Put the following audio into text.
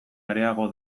areago